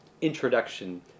introduction